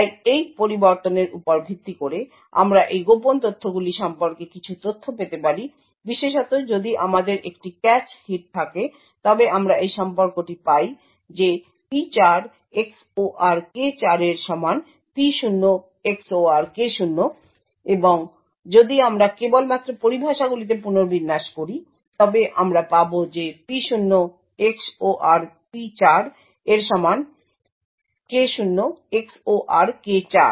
তাই এই পরিবর্তনের উপর ভিত্তি করে আমরা এই গোপন ক্ষেত্রগুলি সম্পর্কে কিছু তথ্য পেতে পারি বিশেষত যদি আমাদের একটি ক্যাশে হিট থাকে তবে আমরা এই সম্পর্কটি পাই যে P4 XOR K4 এর সমান P0 XOR K0 এবং যদি আমরা কেবলমাত্র পরিভাষাগুলিকে পুনর্বিন্যাস করি তবে আমরা পাব যে P0 XOR P4 এর সমান K0 XOR K4